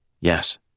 Yes